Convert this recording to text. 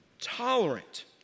tolerant